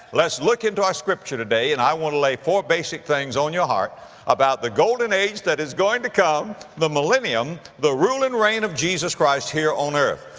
let's look into our scripture today, and i want to lay four basic things on your heart about the golden age that is going to come, the millennium, the rule and reign of jesus christ here on earth.